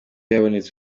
yabonetse